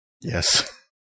yes